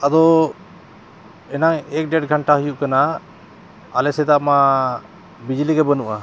ᱟᱫᱚ ᱮᱱᱟᱝ ᱮᱠ ᱰᱮᱲ ᱜᱷᱚᱱᱴᱟ ᱦᱩᱭᱩᱜ ᱠᱟᱱᱟ ᱟᱞᱮ ᱥᱮᱫᱟᱜ ᱢᱟ ᱵᱤᱡᱽᱞᱤ ᱜᱮ ᱵᱟᱹᱱᱩᱜᱼᱟ